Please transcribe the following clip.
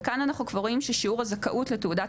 וכאן אנחנו כבר רואים ששיעור הזכאות לתעודת